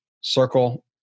Circle